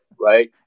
right